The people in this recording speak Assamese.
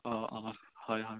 অ অ হয় হয়